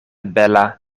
bela